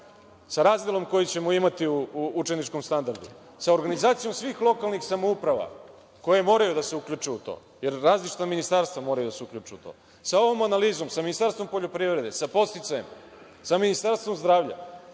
sa razdelom koji ćemo imati u učeničkom standardu, sa organizacijom svih lokalnih samouprava koje moraju da se uključe u to, jer različita ministarstva moraju da se uključe u to, sa ovo analizom, sa Ministarstvom poljoprivrede, sa podsticajem, sa Ministarstvom zdravlja,